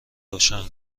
روشن